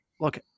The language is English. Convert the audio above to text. look